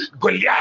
goliath